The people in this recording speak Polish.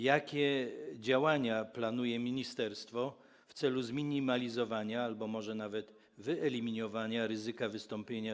Jakie działania planuje ministerstwo w celu zminimalizowania albo może nawet wyeliminowania ryzyka wystąpienia